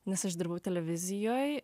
nes aš dirbau televizijoj